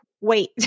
wait